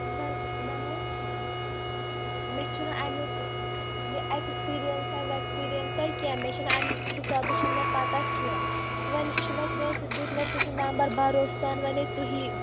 مےٚ مےٚ نہَ حظ مےٚ چھُنہٕ امیُک یہِ ایکٕسپیٖرَنسا ویکٕسپیٖرَنسا کیٚنٛہہ مےٚ چھِنہٕ اَمہِ حِسابٕچ چھِنہٕ مےٚ پتاہ کیٚنٛہہ وۅنۍ چھِ مےٚ کٲنٛسہِ دیُت مےٚ تُہُنٛد نمبر بھروسہٕ سان وۅنۍ ہَے تُہی